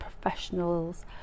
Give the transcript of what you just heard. professionals